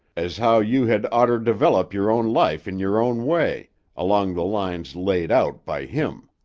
as how you hed oughter develop yer own life in yer own way along the lines laid out by him.